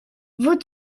vous